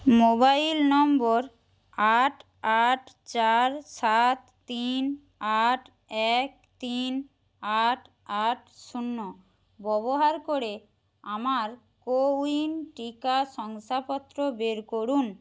mobile number আট আট চার সাত তিন আট এক তিন আট আট শূন্য ব্যবহার করে আমার কোউইন টিকা শংসাপত্র বের করুন